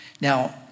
Now